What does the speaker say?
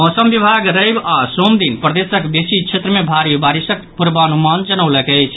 मौसम विभाग रवि आओर सोम दिन प्रदेशक बेसी क्षेत्र मे भारी बारिशक पूर्वानुमान जनौलक अछि